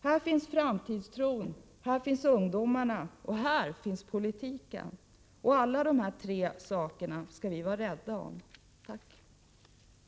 Här finns framtidstron, här finns ungdomarna, och här finns politiken. Alla dessa tre skall vi vara rädda om. Tack!